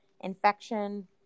infection